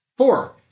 Four